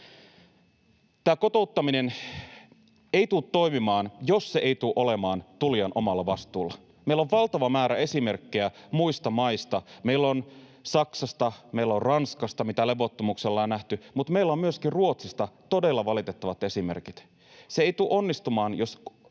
Tämä kotouttaminen ei tule toimimaan, jos se ei tule olemaan tulijan omalla vastuulla. Meillä on valtava määrä esimerkkejä muista maista — meillä on Saksasta, meillä on Ranskasta — mitä levottomuuksia ollaan nähty, mutta meillä on myöskin Ruotsista todella valitettavat esimerkit. Se ei tule onnistumaan, jos